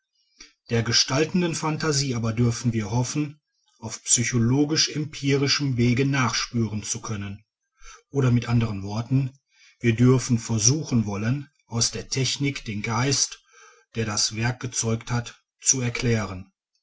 der gestaltenden phantasie aber dürfen wir hoffen auf psychologisch empirischem wege nachspüren zu können oder mit anderen worten wir dürfen versuchen wollen aus der technik den geist der das werk gezeugt hat zu erklären